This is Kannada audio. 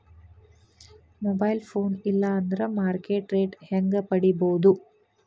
ಮೊಬೈಲ್ ಫೋನ್ ಇಲ್ಲಾ ಅಂದ್ರ ಮಾರ್ಕೆಟ್ ರೇಟ್ ಹೆಂಗ್ ಪಡಿಬೋದು?